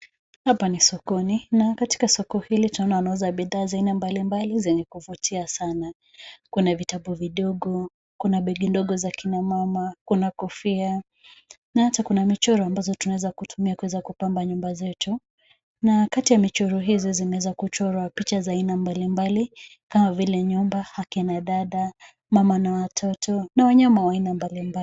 Hapa ni sokoni, na katika soko hili tunaona wanauza bidhaa za aina mbalimbali zenye kuvutia sana. Kuna vitabu vidogo, kuna begi ndogo za kina mama. Kuna kofia, na hata kuna michoro ambazo tunaweza kutumia kuweza kupamba nyumba zetu. Na kati ya michoro hizi zimeweza kuchorwa picha za aina mbalimbali, kama vile nyumba, akina dada, mama na watoto na wanyama wa aina mbalimbali.